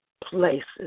places